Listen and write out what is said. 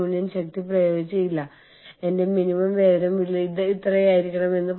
അന്താരാഷ്ട്ര എച്ച്ആർഎമ്മിൽ കൂടുതൽ എച്ച്ആർ പ്രവർത്തനങ്ങൾ ആവശ്യമാണ്